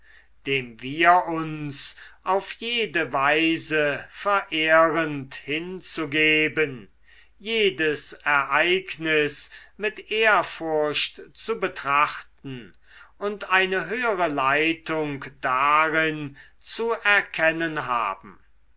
dem wir uns auf jede weise verehrend hinzugeben jedes ereignis mit ehrfurcht zu betrachten und eine höhere leitung darin zu erkennen haben